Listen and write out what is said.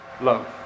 love